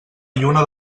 lluna